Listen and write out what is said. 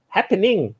Happening